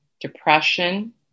depression